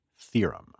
Theorem